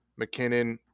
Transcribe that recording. McKinnon